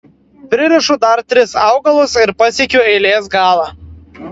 pririšu dar tris augalus ir pasiekiu eilės galą